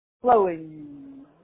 Flowing